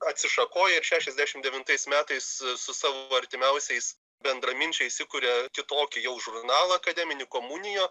atsišakoja ir šešiasdešimt devintais metais su savo artimiausiais bendraminčiais įkuria kitokį jau žurnalą akademinį komunijo